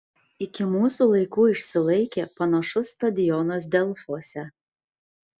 iki mūsų laikų išsilaikė panašus stadionas delfuose